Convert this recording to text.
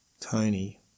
Tony